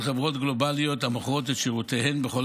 של חברות גלובליות המוכרות את שירותיהן בכל